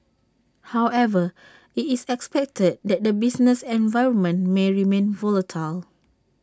however IT is expected that the business environment may remain volatile